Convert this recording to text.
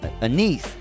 Anise